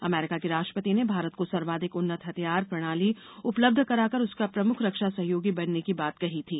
अमरीका के राष्ट्रपति ने भारत को सर्वाधिक उन्नत हथियार प्रणाली उपलब्ध कराकर उसका प्रमुख रक्षा सहयोगी बनने की बात कही थी